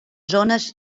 zones